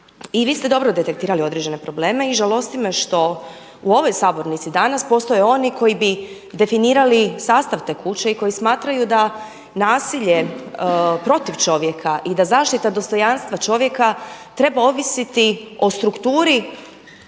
I vi ste dobro detektirali određene probleme i žalosti me što u ovoj sabornici danas postoje oni koji bi definirali sastav te kuće i koji smatraju da nasilje protiv čovjeka i da zaštita dostojanstva čovjeka treba ovisiti o strukturi